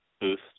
boost